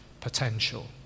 potential